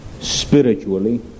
spiritually